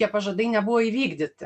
tie pažadai nebuvo įvykdyti